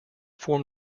form